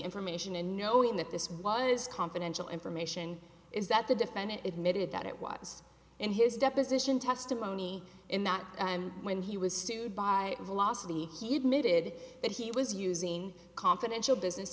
information and knowing that this was confidential information is that the defendant admitted that it was in his deposition testimony in that when he was sued by velocity he admitted that he was using confidential business